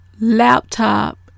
laptop